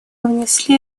внесли